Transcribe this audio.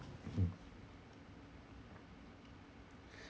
mm